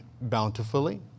bountifully